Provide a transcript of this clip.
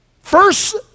First